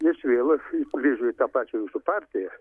ir vėl grįžo į tą pačią jūsų partiją